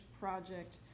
project